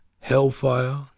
hellfire